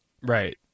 Right